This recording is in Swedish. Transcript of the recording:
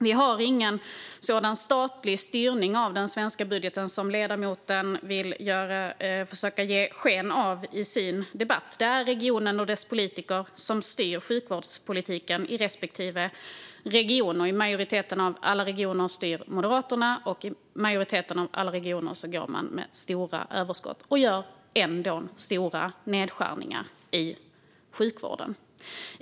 Vi har ingen statlig styrning av den svenska budgeten som ledamoten försöker ge sken av. Det är politikerna som styr sjukvårdspolitiken i respektive region. Och i majoriteten av alla regioner styr Moderaterna, och i majoriteten av alla regioner gör man stora överskott. Ändå gör man stora nedskärningar i sjukvården.